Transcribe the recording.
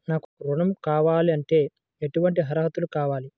నాకు ఋణం కావాలంటే ఏటువంటి అర్హతలు కావాలి?